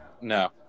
No